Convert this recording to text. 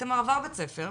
איתמר עבר בית ספר,